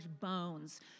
bones